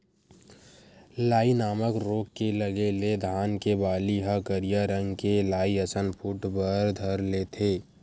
लाई नामक रोग के लगे ले धान के बाली ह करिया रंग के लाई असन फूट बर धर लेथे